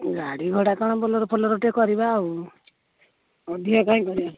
ଗାଡ଼ି ଘୋଡ଼ା କ'ଣ ବୋଲେରୋଫୋଲେର ଟେ କରିବା ଆଉ ଅଧିକ କାଇଁ କରିବା